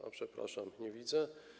A, przepraszam, nie widzę.